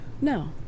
No